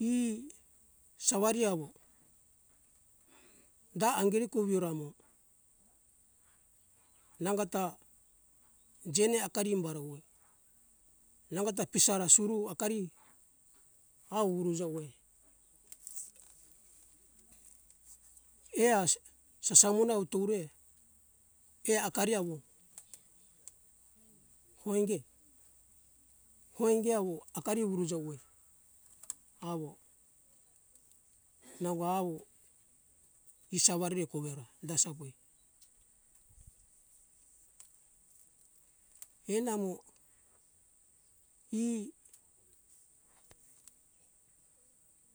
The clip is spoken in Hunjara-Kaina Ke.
e sawari awo ga angiri kuviramo nangota jene akari imbara uwe nangota pisara suru akari awuruja uwe eas sasamuna uture er akari awo hoinge hoinge awo akari uruja uwe awo nango awo isa warere kowera dasa hoi enamo e